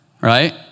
right